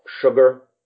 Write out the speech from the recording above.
sugar